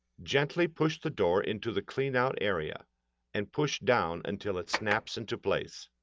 gently push the door into the cleanout area and push down until it snaps into place.